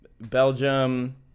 Belgium